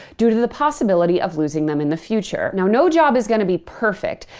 due to the possibility of losing them in the future. now, no job is going to be perfect.